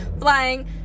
flying